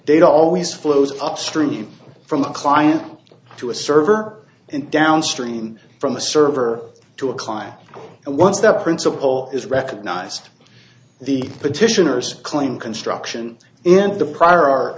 data always flows upstream from the client to a server and downstream from a server to a climb and once that principle is recognized the petitioners claim construction and the prior